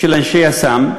של אנשי יס"מ,